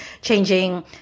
changing